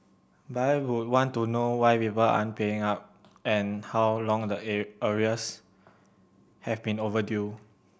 but I would want to know why people aren't paying up and how long the arrears have been overdue